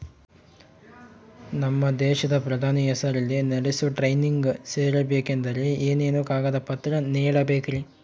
ನಮ್ಮ ದೇಶದ ಪ್ರಧಾನಿ ಹೆಸರಲ್ಲಿ ನಡೆಸೋ ಟ್ರೈನಿಂಗ್ ಸೇರಬೇಕಂದರೆ ಏನೇನು ಕಾಗದ ಪತ್ರ ನೇಡಬೇಕ್ರಿ?